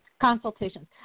Consultations